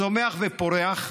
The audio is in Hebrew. צומח ופורח.